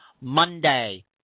Monday